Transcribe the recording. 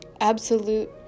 absolute